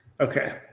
Okay